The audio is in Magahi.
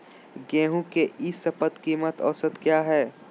गेंहू के ई शपथ कीमत औसत क्या है?